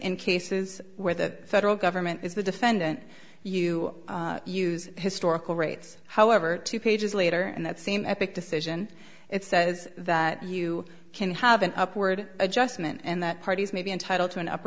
in cases where the federal government is the defendant you use historical rates however two pages later and that same epic decision it says that you can have an upward adjustment and that parties may be entitled to an up